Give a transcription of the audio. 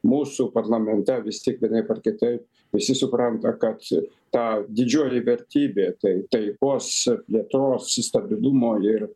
mūsų parlamente vis tik vienaip ar kitaip visi supranta kad tą didžioji vertybė tai taikos plėtros stabilumo ir